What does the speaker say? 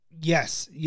Yes